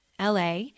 LA